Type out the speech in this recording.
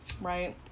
Right